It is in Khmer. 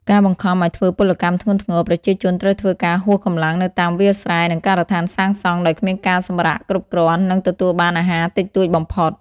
ការបង្ខំឲ្យធ្វើពលកម្មធ្ងន់ធ្ងរ ប្រជាជនត្រូវធ្វើការហួសកម្លាំងនៅតាមវាលស្រែ និងការដ្ឋានសាងសង់ដោយគ្មានការសម្រាកគ្រប់គ្រាន់ និងទទួលបានអាហារតិចតួចបំផុត។